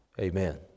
amen